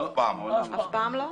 אף פעם לא.